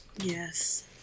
Yes